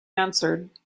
answered